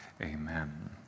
Amen